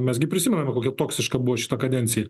mes gi prisimename kokia toksiška buvo šita kadencija